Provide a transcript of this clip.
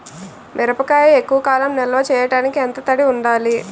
మిరపకాయ ఎక్కువ కాలం నిల్వ చేయటానికి ఎంత తడి ఉండాలి?